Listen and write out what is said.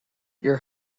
your